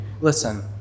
Listen